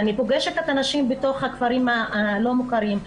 אני פוגשת את הנשים בתוך הכפרים הלא מוכרים,